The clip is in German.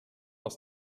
aus